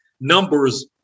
numbers